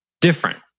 different